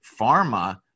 pharma